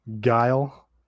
guile